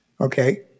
okay